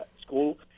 school